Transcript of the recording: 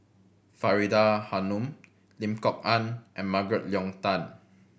Faridah Hanum Lim Kok Ann and Margaret Leng Tan